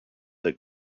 that